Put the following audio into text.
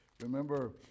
remember